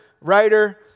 writer